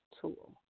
tool